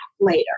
later